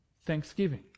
thanksgiving